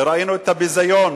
וראינו את הביזיון.